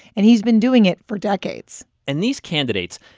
and he's been doing it for decades and these candidates,